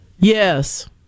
Yes